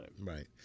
right